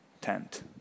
tent